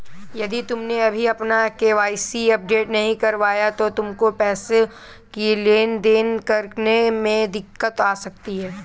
यदि तुमने अभी अपना के.वाई.सी अपडेट नहीं करवाया तो तुमको पैसों की लेन देन करने में दिक्कत आ सकती है